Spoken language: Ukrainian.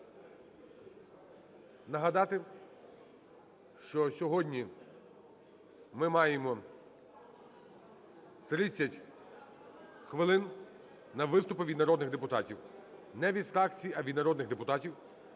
нагадати, що сьогодні ми маємо 30 хвилин на виступи від народних депутатів, не від фракцій, а від народних депутатів.